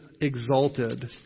exalted